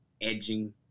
edging